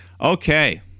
okay